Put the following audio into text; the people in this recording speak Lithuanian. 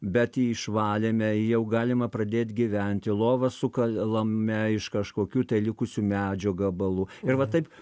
bet jį išvalėme jau galima pradėt gyventi lova sukalame iš kažkokių tai likusių medžio gabalų ir va taip